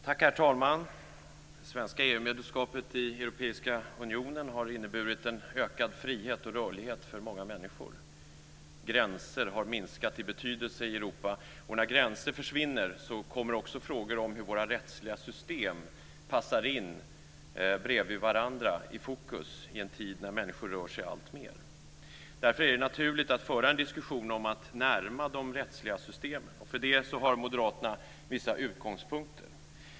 Herr talman! Det svenska medlemskapet i Europeiska unionen har inneburit en ökad frihet och rörlighet för många människor. Gränser har minskat i betydelse i Europa. När gränser försvinner kommer också frågor om hur våra rättsliga system passar in bredvid varandra i fokus, i en tid när människor rör sig alltmer. Därför är det naturligt att föra en diskussion om att närma de rättsliga systemen till varandra. För detta har moderaterna vissa utgångspunkter.